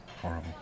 horrible